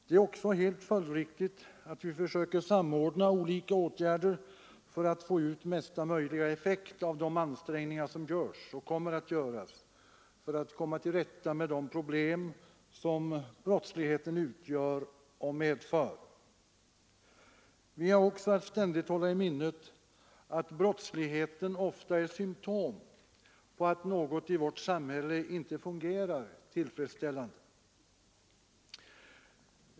Det är också helt följdriktigt att vi försöker samordna olika åtgärder för att få ut mesta möjliga effekt av de ansträngningar som görs och kommer att göras för att komma till rätta med de problem som brottsligheten utgör och medför. Vi har också att ständigt hålla i minnet att brottsligheten ofta är symtom på att något i vårt samhälle inte fungerar tillfredsställande.